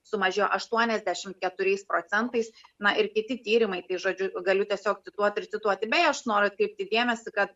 sumažėjo aštuoniasdešimt keturiais procentais na ir kiti tyrimai tai žodžiu galiu tiesiog cituoti ir cituoti beje aš noriu atkreipti dėmesį kad